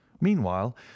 meanwhile